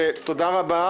ותודה רבה.